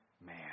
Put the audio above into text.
man